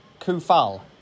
Kufal